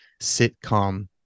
sitcom